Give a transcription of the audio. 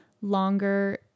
longer